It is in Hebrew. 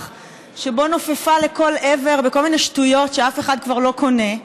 שבו נופפה לכל עבר בכל מיני שטויות שאף אחד כבר לא קונה.